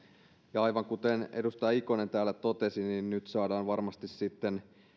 ja aivan kuten edustaja ikonen täällä totesi nyt saadaan varmasti sitten